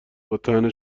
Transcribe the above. باطعنه